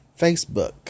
Facebook